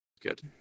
Good